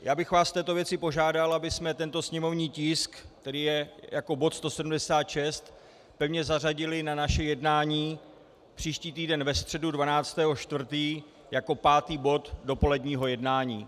Já bych vás v této věci požádal, abychom tento sněmovní tisk, který je jako bod 176, pevně zařadili na naše jednání příští týden ve středu 12. 4. jako 5. bod dopoledního jednání.